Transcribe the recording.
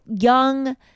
young